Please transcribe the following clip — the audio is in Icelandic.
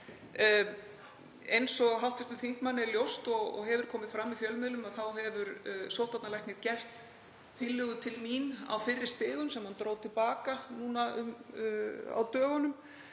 Eins og hv. þingmanni er ljóst og hefur komið fram í fjölmiðlum, hefur sóttvarnalæknir gert tillögu til mín á fyrri stigum sem hann dró til baka núna á dögunum,